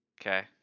Okay